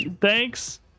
Thanks